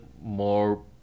more